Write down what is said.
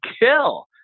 kill